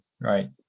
right